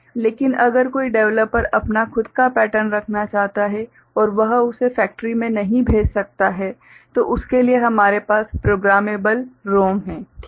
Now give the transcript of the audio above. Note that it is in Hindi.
लेकिन अगर कोई डेवलपर अपना खुद का पैटर्न रखना चाहता है और वह उसे फैक्ट्री में नहीं भेज सकता है तो उसके लिए हमारे पास प्रोग्रामेबल रोम है ठीक है